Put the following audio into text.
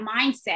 mindset